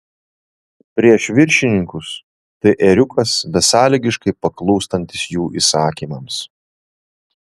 prieš viršininkus tai ėriukas besąlygiškai paklūstantis jų įsakymams